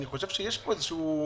אני חושב שיש פה בעיה.